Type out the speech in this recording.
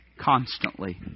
constantly